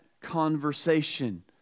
conversation